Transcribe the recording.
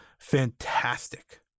fantastic